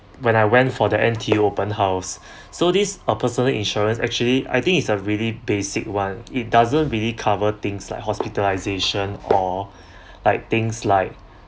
when I went for the N_T_U open house so this or personal insurance actually I think is a really basic one it doesn't really cover things like hospitalisation or like things like